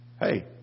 Hey